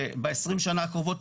שב-20 שנה הקרובות,